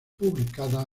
publicada